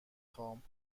خوام